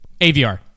AVR